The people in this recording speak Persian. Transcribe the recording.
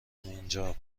اینجا